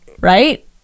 right